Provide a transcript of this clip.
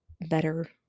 Better